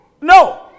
No